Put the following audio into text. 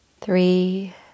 Three